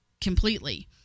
completely